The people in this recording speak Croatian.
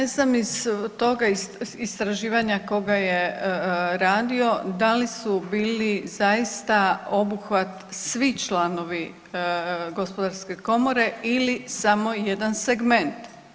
Ja ne znam iz tog istraživanja ko ga je radio da li su bili zaista obuhvat svi članovi Gospodarske komore ili samo jedan segment.